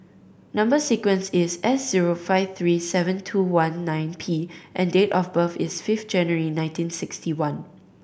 number sequence is S zero five three seven two one nine P and date of birth is fifth January nineteen sixty one